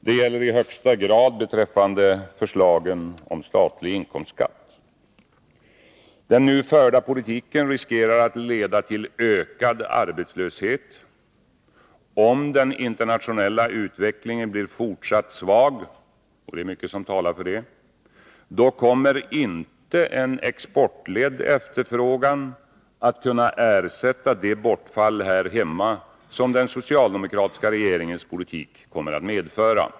Det gäller i högsta grad beträffande förslagen om statlig inkomstskatt. Den nu förda politiken riskerar att leda till ökad arbetslöshet. Om den internationella utvecklingen blir fortsatt svag — det är mycket som talar för det — då kommer inte en exportledd efterfrågan att kunna ersätta det bortfall här hemma som den socialdemokratiska regeringens politik kommer att medföra.